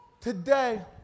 Today